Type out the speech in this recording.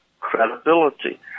credibility